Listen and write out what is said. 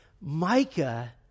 Micah